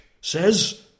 says